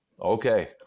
Okay